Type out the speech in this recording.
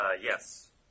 Yes